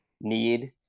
need